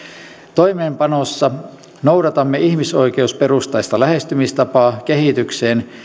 toimeenpanossa noudatamme ihmisoikeusperustaista lähestymistapaa kehitykseen